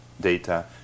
data